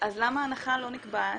אז למה ההנחה לא נקבעת,